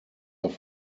auf